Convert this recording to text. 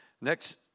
Next